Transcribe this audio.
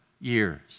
years